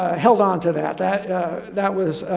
ah held on to that. that that was.